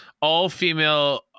all-female